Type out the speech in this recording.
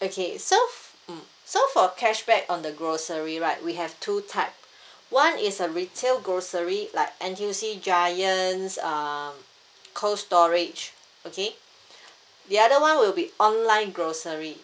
okay so f~ mm so for cashback on the grocery right we have two type one is a retail grocery like N_T_U_C giant um cold storage okay the other one will be online grocery